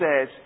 says